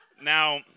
Now